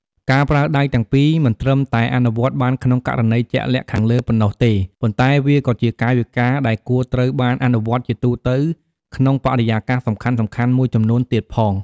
ការប្រើដៃទាំងពីរ មិនត្រឹមតែអនុវត្តបានក្នុងករណីជាក់លាក់ខាងលើប៉ុណ្ណោះទេ ប៉ុន្តែវាក៏ជាកាយវិការដែលគួរត្រូវបានអនុវត្តជាទូទៅក្នុងបរិយាកាសសំខាន់ៗមួយចំនួនទៀតផង។